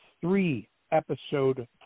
three-episode